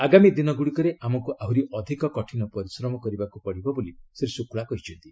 ଆଗାମୀ ଦିନଗୁଡ଼ିକରେ ଆମକୁ ଆହୁରି ଅଧିକ କଠିନ ପରିଶ୍ରମ କରିବାକୁ ପଡ଼ିବ ବୋଲି ଶ୍ରୀ ଶୁକ୍ଲା କହିଛନ୍ତି